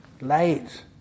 Late